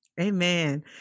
Amen